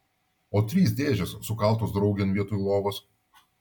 o trys dėžės sukaltos draugėn vietoj lovos